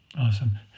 Awesome